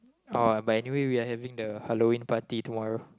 oh but anyway we are having the Halloween party tomorrow